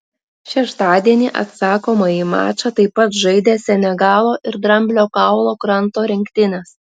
šeštadienį atsakomąjį mačą taip pat žaidė senegalo ir dramblio kaulo kranto rinktinės